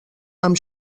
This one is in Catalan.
amb